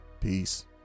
peace